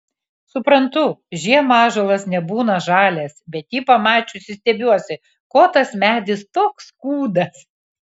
suprantu žiemą ąžuolas nebūna žalias bet jį pamačiusi stebiuosi ko tas medis toks kūdas